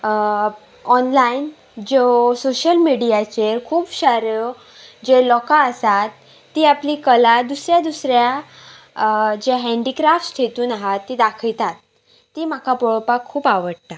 online ज्यो social मिडियाचेर खूबशारो जे लोकां आसात ती आपली कला दुसऱ्या दुसऱ्या जे हँन्डीक्राफ्ट्स हेितून आहात ती दाखयतात ती म्हाका पळोवपाक खूब आवडटा